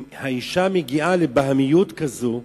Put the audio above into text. אם האשה מגיעה לבהמיות כזאת,